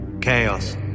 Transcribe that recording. Chaos